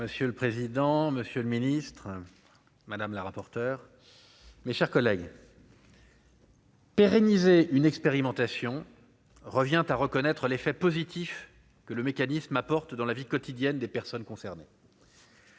Monsieur le président, monsieur le ministre madame la rapporteure, mes chers collègues. Pérenniser une expérimentation revient à reconnaître l'effet positif que le mécanisme apporte dans la vie quotidienne des personnes concernées.